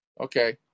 Okay